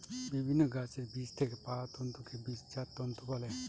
বিভিন্ন গাছের বীজ থেকে পাওয়া তন্তুকে বীজজাত তন্তু বলে